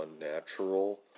unnatural